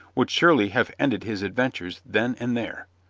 would surely have ended his adventures then and there.